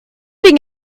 you